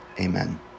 amen